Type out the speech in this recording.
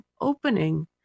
opening